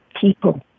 people